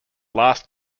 last